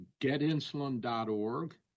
getinsulin.org